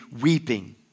weeping